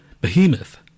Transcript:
Behemoth